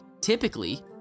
typically